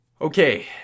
Okay